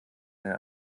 eine